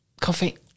Coffee